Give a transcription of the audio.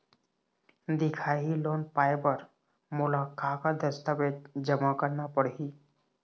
दिखाही लोन पाए बर मोला का का दस्तावेज जमा करना पड़ही?